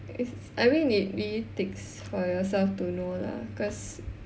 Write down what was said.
it's I mean it really takes for yourself to know lah cause